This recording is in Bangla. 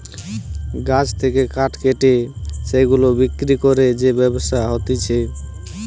গাছ থেকে কাঠ কেটে সেগুলা বিক্রি করে যে ব্যবসা হতিছে